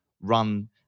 run